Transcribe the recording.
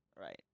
Right